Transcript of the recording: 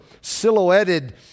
silhouetted